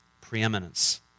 preeminence